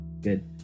Good